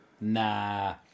nah